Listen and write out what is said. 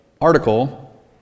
article